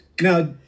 now